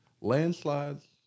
landslides